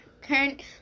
current